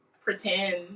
pretend